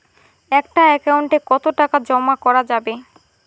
একটা একাউন্ট এ কতো টাকা জমা করা যাবে?